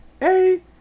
hey